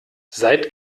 seid